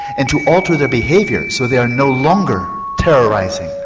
and to alter their behaviour so they are no longer terrorising,